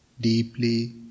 deeply